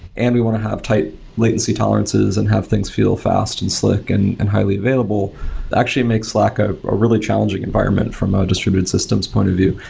and we want to have tight latency tolerances and have things feel fast and slick and and highly available actually makes slack of ah a really challenging environment from a distributed systems point of view.